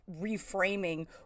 reframing